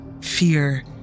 fear